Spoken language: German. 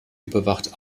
überwacht